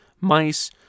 mice